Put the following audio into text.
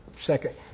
second